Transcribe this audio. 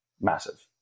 massive